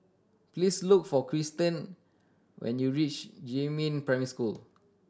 please look for Kirsten when you reach Jiemin Primary School